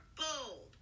bold